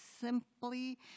simply